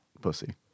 pussy